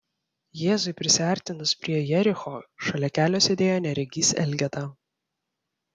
jėzui prisiartinus prie jericho šalia kelio sėdėjo neregys elgeta